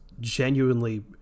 genuinely